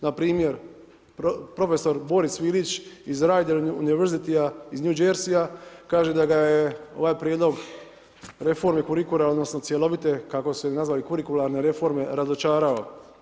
Npr. profesor Boris Vilić iz Reider University-a iz New Jersey-a kaže da ga je ovaj prijedlog reforme kurikula, odnosno cjelovite, kako su je nazvali, kurikularne reforme razočarao.